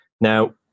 Now